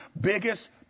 biggest